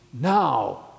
now